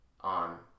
on